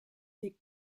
des